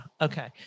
Okay